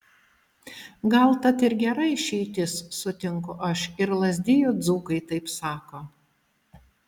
gal tat ir gera išeitis sutinku aš ir lazdijų dzūkai taip sako